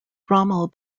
rommel